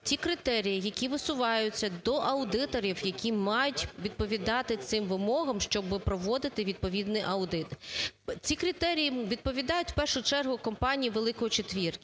ті критерії, які висуваються до аудиторів, які мають відповідати цим вимогам, щоби проводити відповідний аудит. Ці критерії відповідають, в першу чергу, компанії "великої четвірки".